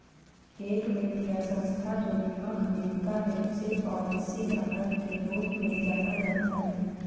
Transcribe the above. एक व्यक्ति या संस्था जो बीमा खरीदता है उसे पॉलिसीधारक के रूप में जाना जाता है